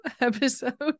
episode